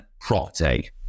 property